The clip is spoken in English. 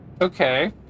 Okay